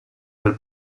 dal